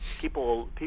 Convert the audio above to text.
people